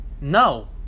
No